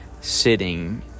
sitting